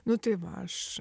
nu tai va aš